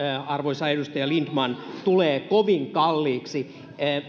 arvoisa edustaja lindtman tulee kovin kalliiksi